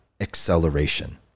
acceleration